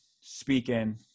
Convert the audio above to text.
speaking